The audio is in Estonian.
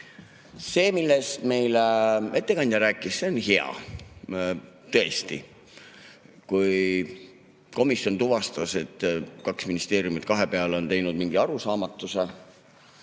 on. See, millest meile ettekandja rääkis, see on hea, tõesti. Kui komisjon tuvastas, et kaks ministeeriumi kahe peale on teinud mingi arusaamatuse,